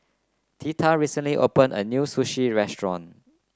Theta recently opened a new Sushi Restaurant